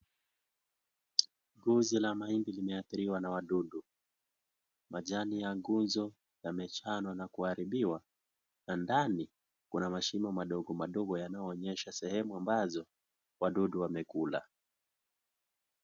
Guzo la mahindi limeadhiriwa , na wadudu majani ya guzo yamechanwa na kuharibiwa na ndani kuna mashimo madogo madogo yanayo onyesha sehemu ambazo wadudu wamekula.